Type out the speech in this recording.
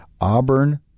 Auburn